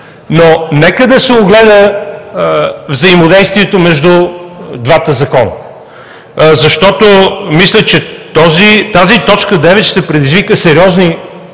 но нека да се огледа взаимодействието между двата закона, защото мисля, че тази т. 9 ще предизвика сериозни